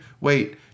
Wait